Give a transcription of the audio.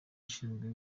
ushinzwe